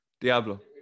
Diablo